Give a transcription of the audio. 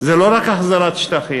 זה לא רק החזרת שטחים.